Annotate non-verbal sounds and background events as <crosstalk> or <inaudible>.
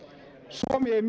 suomi ei <unintelligible>